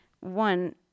one